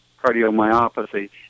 cardiomyopathy